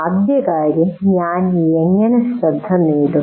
ആദ്യകാരൃം ഞാൻ എങ്ങനെ ശ്രദ്ധ നേടും